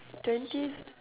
twenty